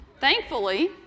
Thankfully